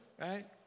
right